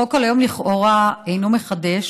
חוק הלאום לכאורה אינו מחדש.